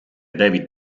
david